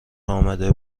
امده